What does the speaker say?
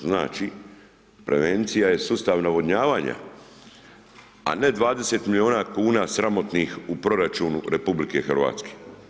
Znači, prevencija je sustav navodnjavanja, a ne 20 milijuna kuna sramotnih u proračunu RH.